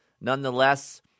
Nonetheless